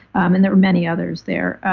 and there are many others there.